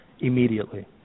immediately